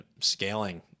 scaling